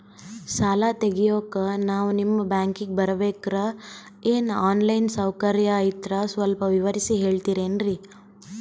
ಸಾಲ ತೆಗಿಯೋಕಾ ನಾವು ನಿಮ್ಮ ಬ್ಯಾಂಕಿಗೆ ಬರಬೇಕ್ರ ಏನು ಆನ್ ಲೈನ್ ಸೌಕರ್ಯ ಐತ್ರ ಸ್ವಲ್ಪ ವಿವರಿಸಿ ಹೇಳ್ತಿರೆನ್ರಿ?